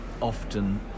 often